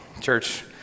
church